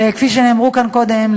כפי שאמרו כאן קודם,